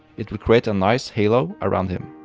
it will create a nice halo around him.